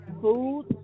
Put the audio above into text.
food